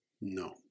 No